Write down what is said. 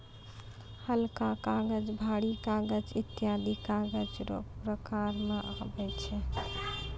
हलका कागज, भारी कागज ईत्यादी कागज रो प्रकार मे आबै छै